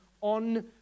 on